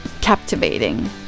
captivating